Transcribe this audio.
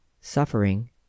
suffering